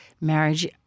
marriage